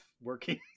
working